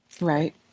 Right